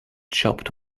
chopped